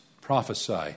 prophesy